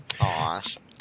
awesome